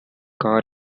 car